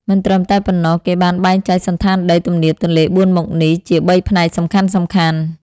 មិនត្រឹមតែប៉ុណ្ណោះ គេបានបែងចែកសណ្ឋានដីទំនាបទន្លេបួនមុខនេះជា ៣ ផ្នែកសំខាន់ៗ។